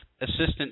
assistant